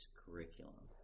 curriculum